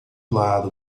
lado